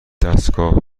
دستگاه